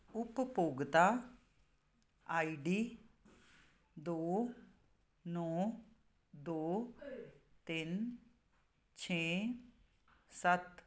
ਉਪਭੋਗਤਾ I D ਦੋ ਨੌਂ ਦੋ ਤਿੰਨ ਛੇ ਸੱਤ